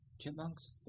chipmunks